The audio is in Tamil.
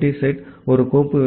டி செட் ஒரு கோப்பு